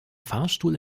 fahrstuhl